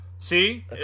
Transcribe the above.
See